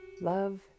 Love